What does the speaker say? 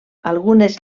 algunes